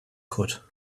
could